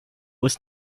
was